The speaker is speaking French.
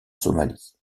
somalie